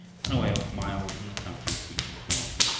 and away off miles in the country preaching to-morrow.